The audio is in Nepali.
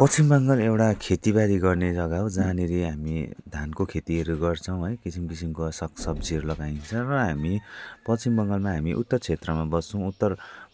पश्चिम बङ्गाल एउटा खेतीबारी गर्ने जग्गा हो जहाँनिरी हामी धानको खेतीहरू गर्छौँ है किसिम किसिमको साग सब्जीहरू लगाइन्छ र हामी पश्चिम बङ्गालमा हामी उत्तर क्षेत्रमा बस्छौँ उत्तर